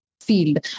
field